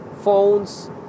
phones